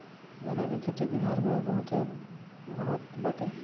गन्ना के खेती बिहार में बहुते होत बाटे